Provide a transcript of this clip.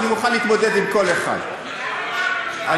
ואני